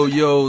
yo